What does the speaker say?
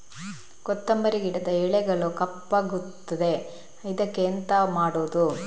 ಕೊತ್ತಂಬರಿ ಗಿಡದ ಎಲೆಗಳು ಕಪ್ಪಗುತ್ತದೆ, ಇದಕ್ಕೆ ಎಂತ ಮಾಡೋದು?